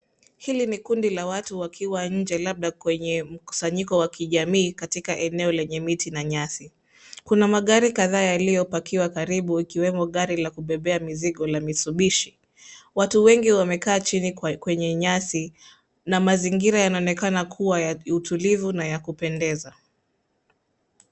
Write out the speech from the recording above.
Hili ni kundi la watu wakiwa nje labda kwenye mkusanyiko wa kijamii katika eneo lenye miti na nyasi. Kuna magari kadhaa yaliyopakiwa karibu ikiwemo gari la kubebea mizigo la Mitsubishi . Watu wengi wamekaa chini kwenye nyasi na mazingira yanaonekana kuwa ya utulivu na ya kupendeza.